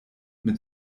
mit